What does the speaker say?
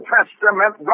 Testament